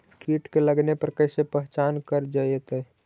कीट के लगने पर कैसे पहचान कर जयतय?